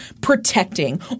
protecting